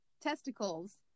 testicles